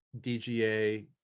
DGA